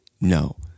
No